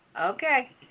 Okay